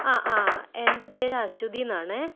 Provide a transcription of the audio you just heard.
ആ ആ എൻ്റെ പേര് അശ്വതി എന്നാണ്